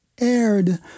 aired